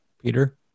peter